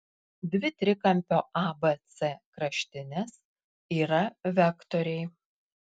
dvi trikampio abc kraštinės yra vektoriai